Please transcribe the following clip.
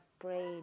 prayed